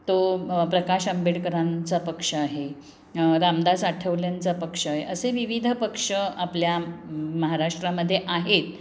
तो मग प्रकाश आंबेडकरांचा पक्ष आहे रामदास आठवल्यांचा पक्ष आहे असे विविध पक्ष आपल्या महाराष्ट्रामध्ये आहेत